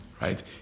right